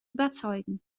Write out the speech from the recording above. überzeugen